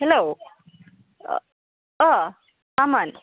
hello अ मामोन